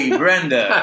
brenda